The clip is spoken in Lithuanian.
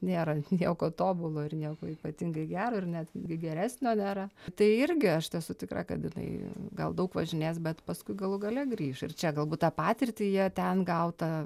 nėra nieko tobulo ir nieko ypatingai gero ir netgi geresnio nėra tai irgi aš tai esu tikra kad jinai gal daug važinės bet paskui galų gale grįš ir čia galbūt tą patirtį jie ten gautą